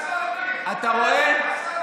אתה רואה?